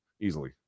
easily